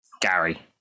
Gary